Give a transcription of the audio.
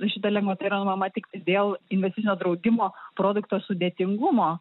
šita lengvata yra nuimama tiktai dėl investicinio draudimo produkto sudėtingumo